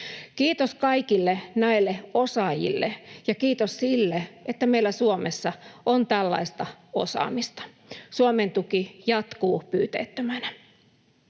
Kiitos kaikille näille osaajille ja kiitos sille, että meillä Suomessa on tällaista osaamista. Suomen tuki jatkuu pyyteettömänä.